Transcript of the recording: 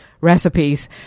recipes